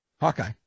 Hawkeye